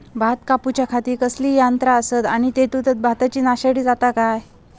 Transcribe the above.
भात कापूच्या खाती कसले यांत्रा आसत आणि तेतुत भाताची नाशादी जाता काय?